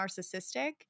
narcissistic